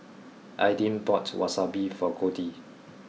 Aidyn bought Wasabi for Goldie